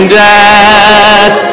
death